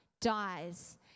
dies